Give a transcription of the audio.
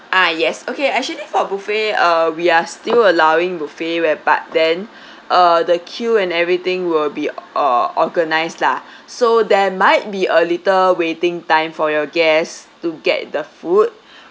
ah yes okay actually for buffet uh we are still allowing buffet where but then uh the queue and everything will be uh organised lah so there might be a little waiting time for your guests to get the food